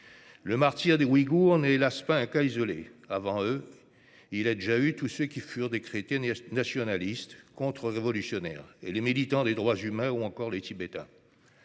Le martyre des Ouïghours n'est- hélas ! -pas un cas isolé. Avant eux, il y a déjà eu tous ceux qui furent décrétés nationalistes, contre-révolutionnaires, comme les militants des droits humains ou encore les Tibétains.